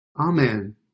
Amen